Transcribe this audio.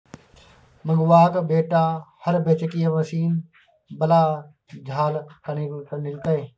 मंगरुआक बेटा हर बेचिकए मशीन बला झालि किनलकै